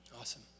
Awesome